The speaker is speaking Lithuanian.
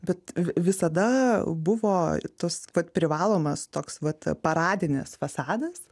bet vi visada buvo toks vat privalomas toks vat paradinis fasadas